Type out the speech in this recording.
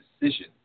decision